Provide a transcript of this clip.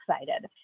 excited